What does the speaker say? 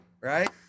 right